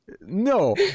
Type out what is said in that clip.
no